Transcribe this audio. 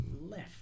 left